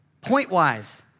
point-wise